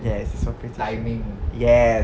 yes it's for precision yes